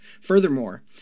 Furthermore